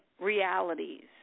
realities